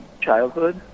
childhood